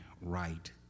right